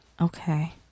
okay